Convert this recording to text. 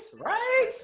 right